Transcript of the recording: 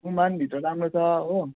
गुम्बा पनि भित्र राम्रो छ हो